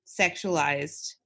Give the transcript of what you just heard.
sexualized